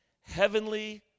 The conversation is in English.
heavenly